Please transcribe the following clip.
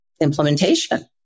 implementation